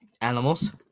Animals